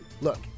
Look